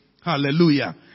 Hallelujah